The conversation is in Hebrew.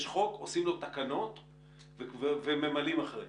עושים לו תקנות וממלאים אחריהם.